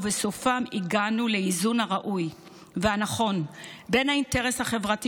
ובסופם הגענו לאיזון הראוי והנכון בין האינטרס החברתי